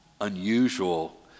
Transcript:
unusual